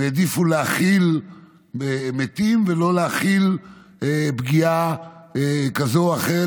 הם העדיפו להכיל מתים ולא להכיל פגיעה כזאת או אחרת,